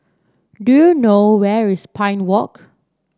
do you know where is Pine Walk